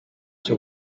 cyo